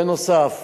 בנוסף,